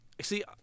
See